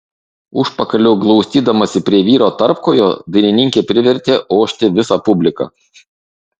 užpakaliu glaustydamasi prie vyro tarpkojo dainininkė privertė ošti visą publiką